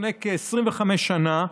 לפני כ-25 שנה,